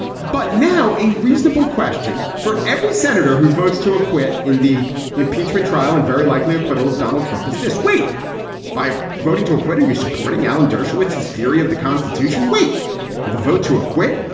but now a reasonable question for every senator who votes to acquit in the impeachment trial and very likely acquittal of donald trump. is this weight by voting to acquit? are you supporting alan dershowitz, his theory of the constitution weight with a vote to acquit?